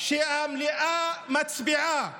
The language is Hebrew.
כשהמליאה מצביעה